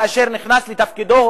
כאשר נכנס לתפקידו,